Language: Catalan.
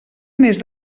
més